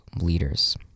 leaders